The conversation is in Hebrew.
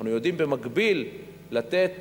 אנחנו יודעים במקביל לתת